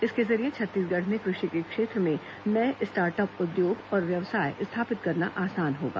इसके जरिये छत्तीसगढ़ में कृषि के क्षेत्र में नये स्टार्टअप उद्योग और व्यवसाय स्थापित करना आसान होगा